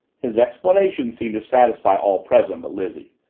his explanation seemed to satisfy all present but lizzie.